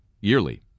yearly